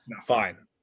fine